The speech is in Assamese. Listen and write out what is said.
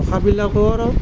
ঘোষাবিলাকৰ